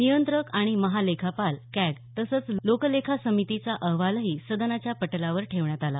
नियंत्रक आणि महालेखापाल कॅग तसंच लोकलेखा समितीचा अहवालही सदनाच्या पटलावर ठेवण्यात आला